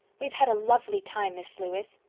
we've had a lovely time, miss lewis.